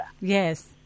Yes